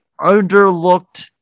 underlooked